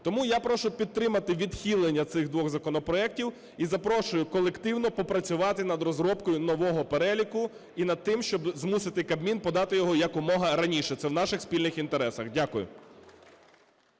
Тому я прошу підтримати відхилення цих двох законопроектів і запрошую колективно попрацювати над розробкою нового переліку і над тим, щоб змусити Кабмін подати його якомога раніше. Це в наших спільних інтересах. Дякую.